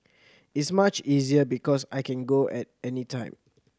is much easier because I can go at any time